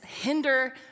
hinder